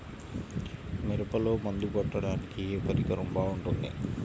మిరపలో మందు కొట్టాడానికి ఏ పరికరం బాగుంటుంది?